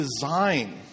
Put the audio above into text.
design